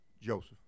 Joseph